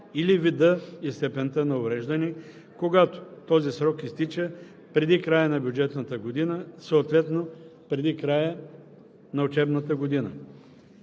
или вида и степента на увреждане, когато този срок изтича преди края на бюджетната година, съответно преди края на учебната година.“